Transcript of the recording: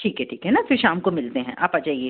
ठीक है ठीक है ना फिर शाम को मिलते हैं आप आ जाइए